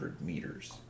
meters